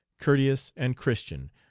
courteous, and christian,